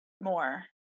more